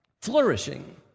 flourishing